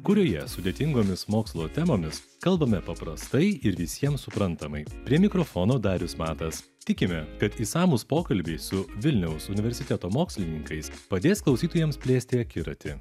kurioje sudėtingomis mokslo temomis kalbame paprastai ir visiems suprantamai prie mikrofono darius matas tikime kad išsamūs pokalbiai su vilniaus universiteto mokslininkais padės klausytojams plėsti akiratį